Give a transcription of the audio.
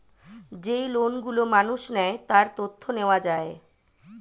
যেই লোন গুলো মানুষ নেয়, তার তথ্য নেওয়া যায়